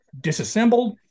disassembled